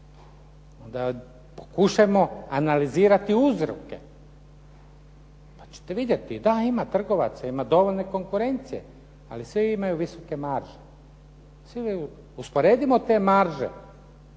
Onda pokušajmo analizirati uzroke, pa ćete vidjeti. Da ima trgovaca, ima dovoljno i konkurencije ali svi imaju visoke marže. Usporedimo te marže